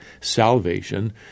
salvation